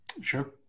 Sure